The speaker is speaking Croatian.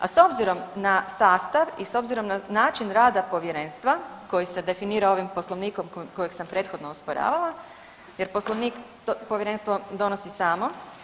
A s obzirom na sastav i s obzirom na način rada povjerenstva koji se definira ovim poslovnikom koji sam prethodno osporavala, jer poslovnik povjerenstvo donosi samo.